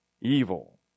evil